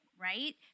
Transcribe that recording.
right